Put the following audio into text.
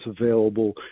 available